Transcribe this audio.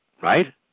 right